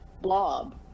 blob